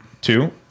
Two